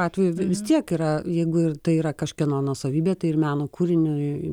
atveju vis tiek yra jeigu ir tai yra kažkieno nuosavybė tai ir meno kūriniui